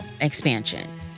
expansion